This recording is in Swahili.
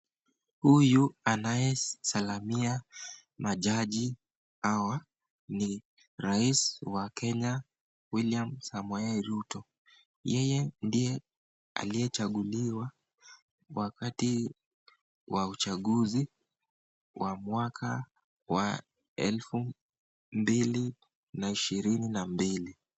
Huyu anayesalamia majaji hawa ni rais wa Kenya William Samoei Ruto. Yeye ndiye aliyechaguliwa wakati wa uchaguzi wa mwaka wa elfu mbili na ishirini na mbili.